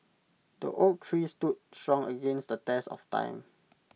the oak tree stood strong against the test of time